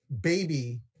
baby